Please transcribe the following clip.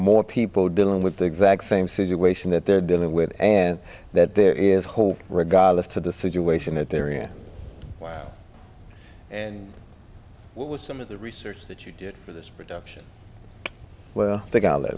more people dealing with the exact same situation that they're dealing with and that there is hope regardless to the situation that they're here and what was some of the research that you did for this production well the gol that